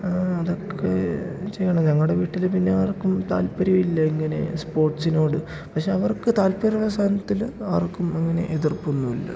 അതൊക്കെ ചെയ്യണം ഞങ്ങളുടെ വീട്ടിൽ പിന്നെ ആർക്കും താല്പര്യം ഇല്ല ഇങ്ങനെ സ്പോർട്സിനോട് പക്ഷേ അവർക്ക് താല്പര്യമുള്ള സാധനത്തിൽ ആർക്കും അങ്ങനെ എതിർപ്പൊന്നുമില്ല